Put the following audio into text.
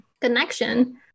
connection